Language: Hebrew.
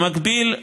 במקביל,